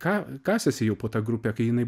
ką kasėsi jau po tą grupę kai jinai